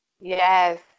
yes